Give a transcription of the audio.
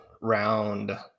round